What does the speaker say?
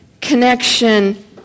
connection